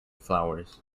flowers